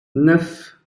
neuf